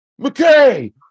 McKay